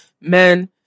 man